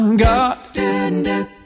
God